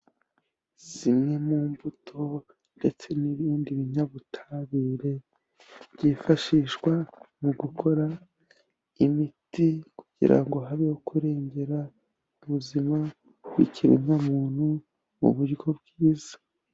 Zimwe mu mbuto ndetse n'ibindi binyabutabire byifashishwa mu gukora imiti, kugira ngo habeho kurengera ubuzima bw'ikiremwamuntu mu buryo bwiza.